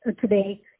today